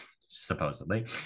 supposedly